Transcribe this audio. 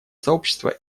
сообщество